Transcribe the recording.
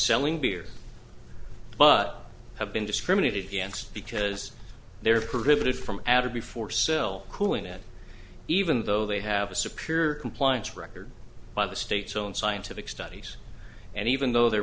selling beer but have been discriminated against because their perimeter from outer before cell cooling that even though they have a superior compliance record by the state's own scientific studies and even though the